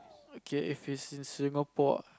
okay if it's in Singapore